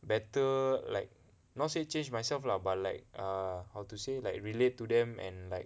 better like not say change myself lah but like err how to say like relate to them and like